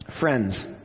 friends